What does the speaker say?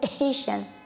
Asian